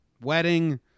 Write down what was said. Wedding